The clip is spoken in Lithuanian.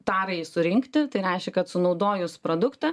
tarai surinkti tai reiškia kad sunaudojus produktą